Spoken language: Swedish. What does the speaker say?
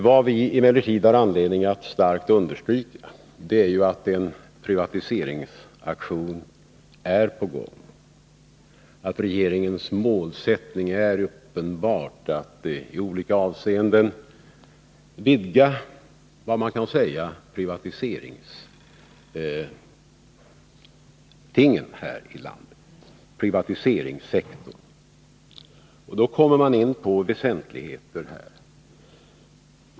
Vi har emellertid anledning att starkt understryka att det pågår en privatiseringsaktion, att regeringens mål uppenbart är att i olika avseenden vidga den privata sektorn här i landet. Då kommer man in på väsentligheter.